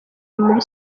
muri